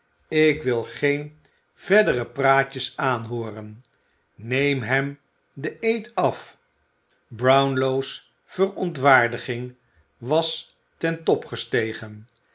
ik wil geen verdere praatjes aanhooren neem hem den eed af brownlow's verontwaardiging was ten top gestegen